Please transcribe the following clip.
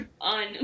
on